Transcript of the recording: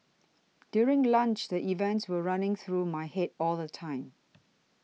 during lunch the events were running through my head all the time